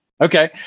Okay